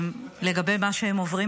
לגבי מה שהם עוברים,